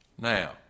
now